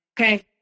okay